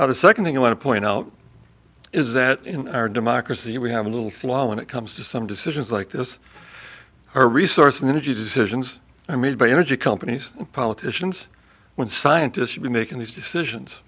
not a second thing i want to point out is that in our democracy we have a little flaw when it comes to some decisions like this are resource and energy decisions i made by energy companies politicians when scientists should be making these decisions